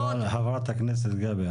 אבל חברת הכנסת גבי,